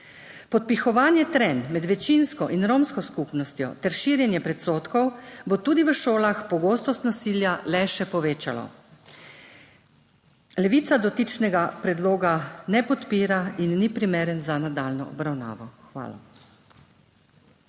Podpihovanje trenj med večinsko in romsko skupnostjo ter širjenje predsodkov bo tudi v šolah pogostost nasilja le še povečalo. Levica dotičnega predloga ne podpira in ni primeren za nadaljnjo obravnavo. Hvala.